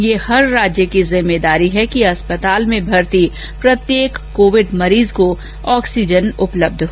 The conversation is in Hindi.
यह हर राज्य की जिम्मेदारी है कि अस्पताल में भर्ती प्रत्येक कोविड मरीज को ऑक्सीजन उपलब्ध हो